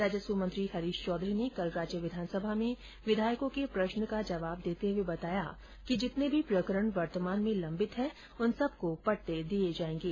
राजस्व मंत्री हरीश चौधरी ने कल राज्य विधानसभा में विधायकों के प्रष्न का जवाब देते हुए बताया कि जितने भी प्रकरण वर्तमान में लम्बित हैं उन सबको पट्टे दिये जायेंगे